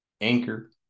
Anchor